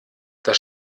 das